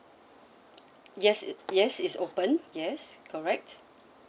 yes it yes it's open yes correct